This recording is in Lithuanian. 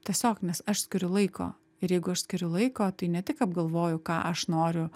tiesiog nes aš skiriu laiko ir jeigu aš skiriu laiko tai ne tik apgalvoju ką aš noriu